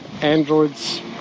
androids